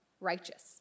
righteous